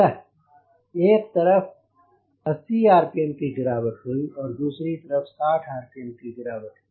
अतः एक तरफ 80 आरपीएम की गिरावट हुई और दूसरी तरफ 60 आरपीएम की गिरावट